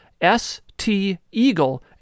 steagle